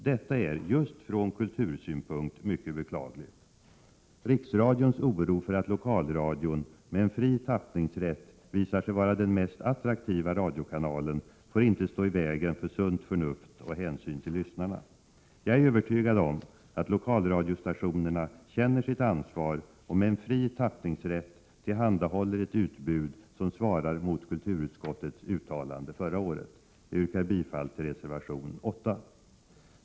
Detta är — just från kultursynpunkt — mycket beklagligt. Riksradions oro för att lokalradion med en fri tappningsrätt visar sig vara den mest attraktiva radiokanalen får inte stå i vägen för sunt förnuft och hänsyn till lyssnarna. Jag är övertygad om att lokalradiostationerna känner sitt ansvar och med en fri tappningsrätt tillhandahåller ett utbud som svarar mot kulturutskottets uttalande förra året. Jag yrkar bifall till reservation 8.